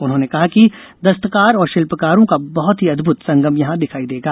उन्होंने कहा कि दस्तकार और शिल्पकारों का बह्त ही अद्भत संगम यहां दिखाई देगा